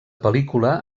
pel·lícula